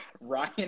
Ryan